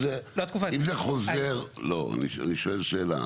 אני שואל שאלה,